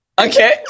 okay